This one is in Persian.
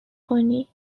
کنی